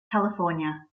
california